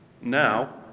Now